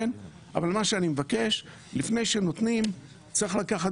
אבל אני מבקש שלפני שנותנים צריך לקחת